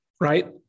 right